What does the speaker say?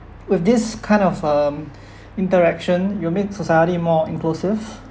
with this kind of um interaction you make society more inclusive